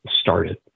started